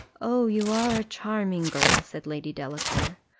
oh, you are a charming girl! said lady delacour.